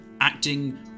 acting